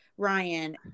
Ryan